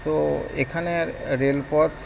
তো এখানের রেলপথ